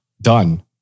done